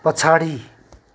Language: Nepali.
पछाडि